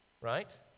right